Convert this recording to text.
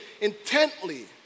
intently